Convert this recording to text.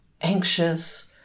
anxious